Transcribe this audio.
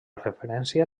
referència